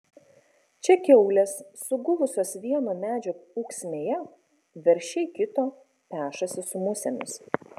čia kiaulės sugulusios vieno medžio ūksmėje veršiai kito pešasi su musėmis